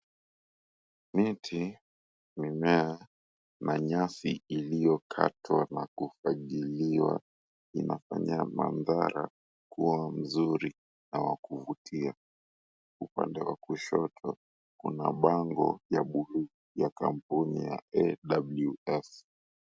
Miti, mimea, manyasi iliyokatwa na kufagiliwa inafanya mandhara kuwa mzuri na wa kuvutia. Upande wa kushoto kuna bango ya buluu ya kampuni ya AWF.